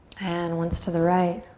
and once to the right.